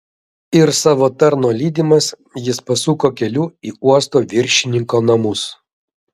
ir savo tarno lydimas jis pasuko keliu į uosto viršininko namus